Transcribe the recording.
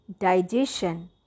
digestion